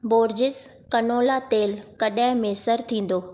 Borges canola तेलु कॾहिं मुयसरु थींदो